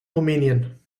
rumänien